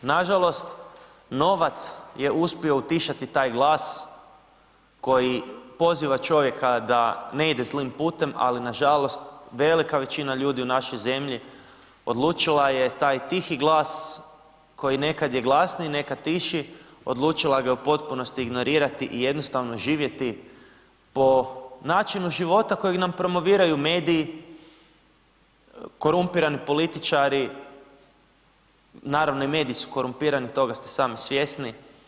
Nažalost, novac je uspio utišati taj glas koji poziva čovjeka da ne ide zlim putem, ali nažalost velika većina ljudi u našoj zemlji odlučila je taj tihi glas koji nekada je glasniji, nekada tiši, odlučila ga je u potpunosti ignorirati i jednostavno živjeti po načinu života kojeg nam promoviraju mediji, korumpirani političari, naravno i mediji su korumpirani, toga ste sami svjesni.